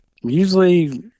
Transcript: Usually